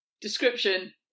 Description